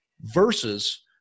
Versus